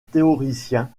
théoricien